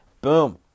Boom